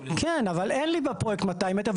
כן, אבל אין לי בפרויקט 200 מ"ר.